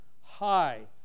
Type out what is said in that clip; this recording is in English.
high